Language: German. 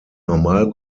normal